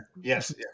Yes